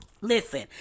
Listen